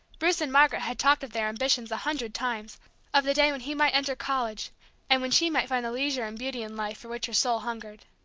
bruce and margaret had talked of their ambitions a hundred times of the day when he might enter college and when she might find the leisure and beauty in life for which her soul hungered.